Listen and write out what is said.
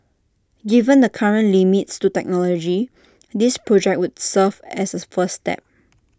given the current limits to technology this project would serve as A first step